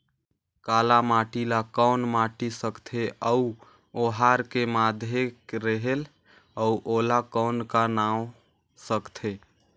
काला माटी ला कौन माटी सकथे अउ ओहार के माधेक रेहेल अउ ओला कौन का नाव सकथे?